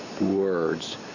words